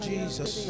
Jesus